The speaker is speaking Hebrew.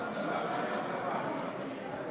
אין נמנעים.